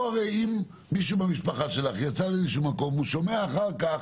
אם מישהו מהמשפחה שלך יצא לאיזשהו מקום והוא שומע אחר כך